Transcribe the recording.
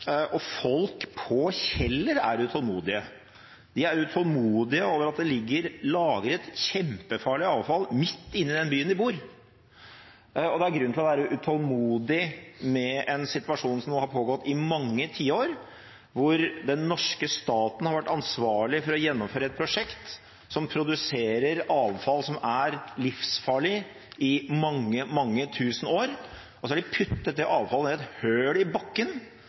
og folk på Kjeller er utålmodige. De er utålmodige over at det ligger lagret kjempefarlig avfall midt i den byen de bor, og det er grunn til å være utålmodig over en situasjon som har pågått i mange tiår, hvor den norske staten har vært ansvarlig for å gjennomføre et prosjekt som produserer avfall som er livsfarlig i mange, mange tusen år, og så har de puttet det avfallet ned i et hull i bakken